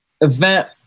event